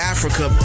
Africa